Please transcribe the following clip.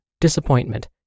disappointment